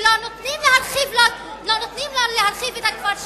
כי לא נותנים לו להרחיב את הכפר שלו.